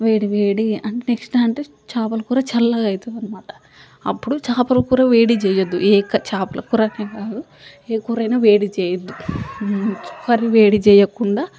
వేడివేడిగా అంటే next day అంటే చేపల కూర చల్లగా అయింది అనమాట అప్పుడు చేపలకూర వేడి చెయ్యద్దు ఏ క చేపలకూరనే కాదు ఏ కూర అయినా వేడి చెయ్యద్దు కర్రీ వేడి చెయ్యకుండా